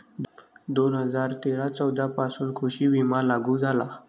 दोन हजार तेरा चौदा पासून कृषी विमा लागू झाला